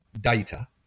data